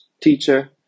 teacher